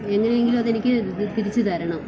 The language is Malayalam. എങ്ങനെയെങ്കിലും അതെനിക്ക് തിരിച്ചു തരണം